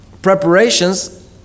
Preparations